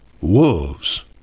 wolves